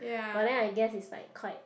but then I guess it's like quite